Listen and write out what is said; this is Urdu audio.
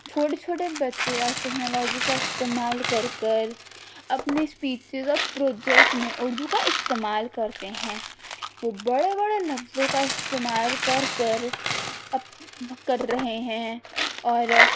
چھوٹے چھوٹے بچے آج ٹیکنالوجی کا استعمال کر کر اپنے اسپیچیز اور پروجیکٹ میں اردو کا استعمال کرتے ہیں وہ بڑے بڑے لفظوں کا استعمال کر کر کر رہے ہیں اور